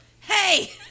hey